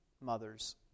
mothers